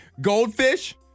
goldfish